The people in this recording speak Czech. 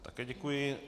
Také děkuji.